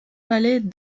palais